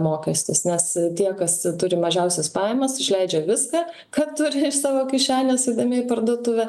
mokestis nes tie kas turi mažiausias pajamas išleidžia viską ką turi iš savo kišenės eidami į parduotuvę